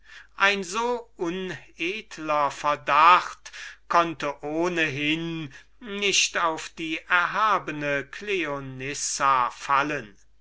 ein so unedler verdacht konnte ohnehin nicht auf die erhabene cleonissa fallen